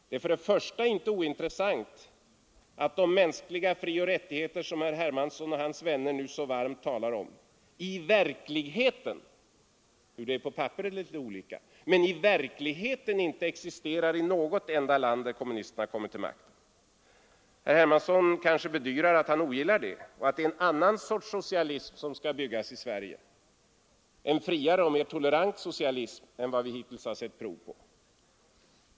Det är för det första inte ointressant att de mänskliga frioch rättigheterna som herr Hermansson och hans vänner nu så varmt talar om inte i verkligheten — hur det är på papperet är litet olika — existerar i något enda land där kommunisterna kommit till makten. Herr Hermansson kanske bedyrar att han ogillar det och att det är en annan sorts socialism som skall byggas i Sverige, en friare och mer tolerant socialism än vad vi hittills har sett prov på.